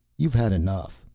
you've had enough,